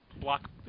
block